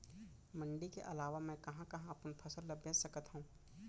मण्डी के अलावा मैं कहाँ कहाँ अपन फसल ला बेच सकत हँव?